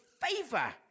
favor